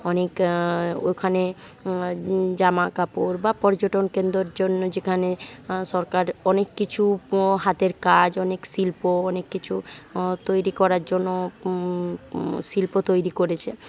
অনেক ওখানে জামাকাপড় বা পর্যটন কেন্দ্রর জন্য যেখানে সরকার অনেক কিছু হাতের কাজ অনেক শিল্প অনেক কিছু তৈরি করার জন্য শিল্প তৈরি করেছে